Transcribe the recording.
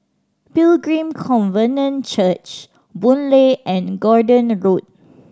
Pilgrim Covenant Church Boon Lay and Gordon Road